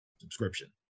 Subscription